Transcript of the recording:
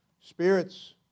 Spirits